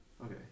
Okay